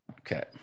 Okay